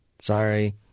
sorry